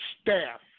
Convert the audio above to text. staff